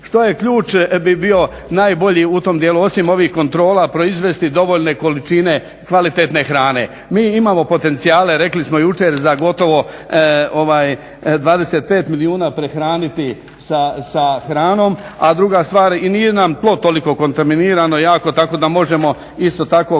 Što je ključ bi bio najbolji u tom dijelu osim ovih kontrola proizvesti dovoljne količine kvalitetne hrane. Mi imamo potencijale rekli smo jučer za gotovo 25 milijuna prehraniti sa hranom, a druga stvar i nije nam tlo toliko kontaminirano jako tako da možemo isto tako